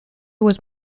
was